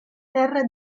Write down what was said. terra